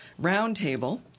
roundtable